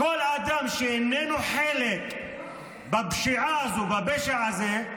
כל אדם שאיננו חלק בפשיעה הזאת, בפשע זה,